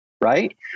Right